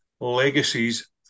legacies